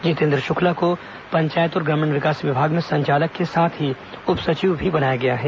जितेन्द्र शुक्ला को पंचायत और ग्रामीण विकास विभाग में संचालक के साथ ही उप सचिव भी बनाया गया है